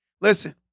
Listen